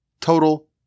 Total